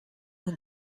اون